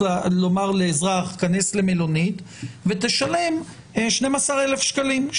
לומר לאזרח להיכנס למלונית ולשלם 12,000 שקלים,